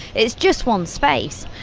it's just one space,